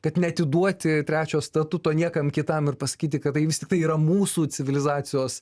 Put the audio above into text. kad neatiduoti trečio statuto niekam kitam ir pasakyti kad tai vis tiktai yra mūsų civilizacijos